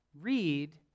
Read